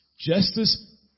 Justice